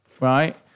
right